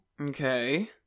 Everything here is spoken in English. Okay